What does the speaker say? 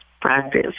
Practice